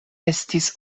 estis